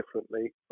differently